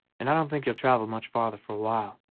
and i don't think you'll travel much farther for a while.